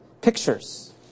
pictures